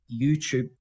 youtube